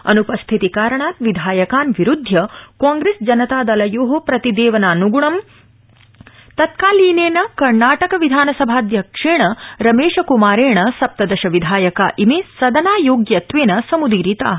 अन्पस्थितिकारणात् विधायकान् विरूद्धय कांग्रेस जनतादलयो प्रतिदेवनान्गुणं तत्कालीनेन कर्णाटक विधानसभाध्यक्षेण रमेशक्मारेण सप्तदश विधायका इमे सदनायोग्यत्वेन समुदीरिता